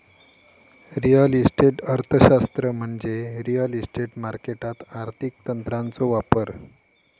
real estate अर्थशास्त्र म्हणजे real estate मार्केटात आर्थिक तंत्रांचो वापर